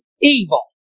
evil